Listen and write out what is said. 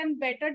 better